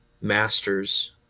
masters